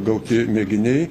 gauti mėginiai